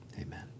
amen